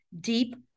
deep